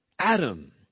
Adam